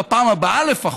בפעם הבאה לפחות,